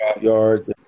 yards